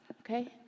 Okay